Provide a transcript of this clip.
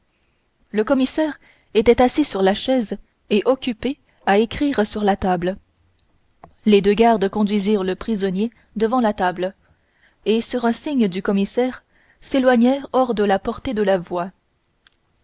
le commissaire était assis sur la chaise et occupé à écrire sur la table les deux gardes conduisirent le prisonnier devant la table et sur un signe du commissaire s'éloignèrent hors de la portée de la voix